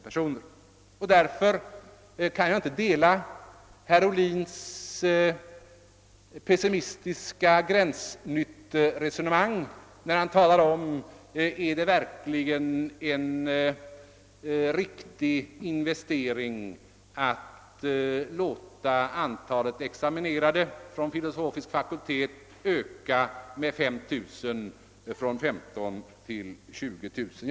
Jag kan därför inte gå med på herr Ohlins pessimistiska gränsnyttoresonemang, där han ifrågasatte om det verkligen är en riktig investering att öka antalet examinerade från filosofisk fakultet med 5 000 personer, nämligen från 15000 till 20 000.